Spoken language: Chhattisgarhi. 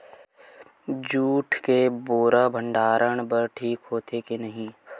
जूट के बोरा भंडारण बर ठीक होथे के नहीं?